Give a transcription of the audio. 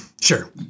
Sure